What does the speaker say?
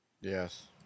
Yes